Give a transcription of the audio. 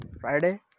Friday